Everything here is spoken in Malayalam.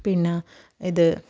പിന്നെ ഇത്